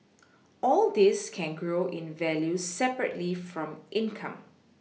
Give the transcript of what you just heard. all these can grow in value separately from income